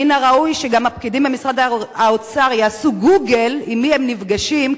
מן הראוי שגם הפקידים במשרד האוצר יעשו "גוגל" עם מי הם נפגשים,